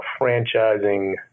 franchising